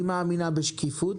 מאמינה בשקיפות.